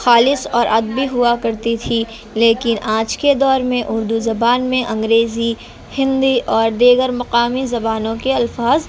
خالص اور ادبی ہوا کرتی تھی لیکن آج کے دور میں اردو زبان میں انگریزی ہندی اور دیگر مقامی زبانوں کے الفاظ